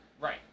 right